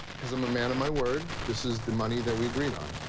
because i'm a man of my word, this is the money that we agreed on.